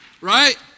Right